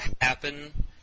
happen